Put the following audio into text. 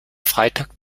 freitag